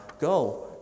go